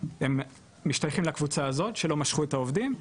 הם משתייכים לקבוצה הזאת שלא משכו את הכספים,